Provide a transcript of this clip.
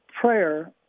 Prayer